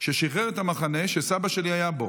ששחרר את המחנה שסבא שלי היה בו,